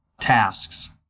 Tasks